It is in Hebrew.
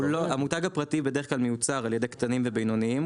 המותג הפרטי בדרך כלל מיוצר על ידי קטנים ובינוניים,